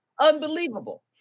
Unbelievable